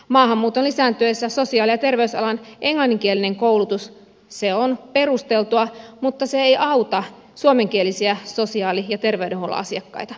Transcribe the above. maahanmuuton lisääntyessä sosiaali ja ter veysalan englanninkielinen koulutus on perusteltua mutta se ei auta suomenkielisiä sosiaali ja terveydenhuollon asiakkaita